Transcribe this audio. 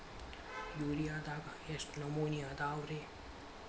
ಯೂರಿಯಾದಾಗ ಎಷ್ಟ ನಮೂನಿ ಅದಾವ್ರೇ?